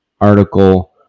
article